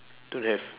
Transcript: don't have